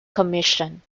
commission